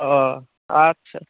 ও আচ্ছা